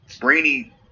Brainy